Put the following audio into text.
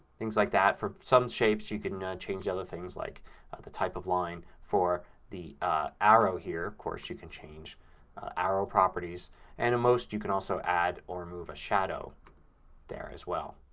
things like that. for some shapes you can change other things like the type of line for the arrow here. of course you can change arrow properties and in most you can also add or move a shadow there as well.